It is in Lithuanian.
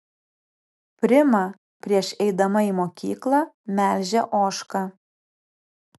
prima prieš eidama į mokyklą melžia ožką